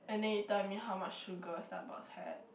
and then you tell me how much sugar Starbucks had